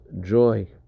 joy